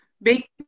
make